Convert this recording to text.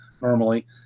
normally